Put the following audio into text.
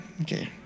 Okay